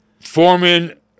Foreman